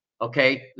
Okay